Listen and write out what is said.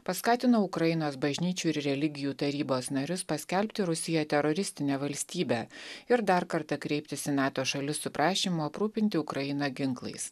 paskatino ukrainos bažnyčių ir religijų tarybos narius paskelbti rusiją teroristine valstybe ir dar kartą kreiptis į nato šalis su prašymu aprūpinti ukrainą ginklais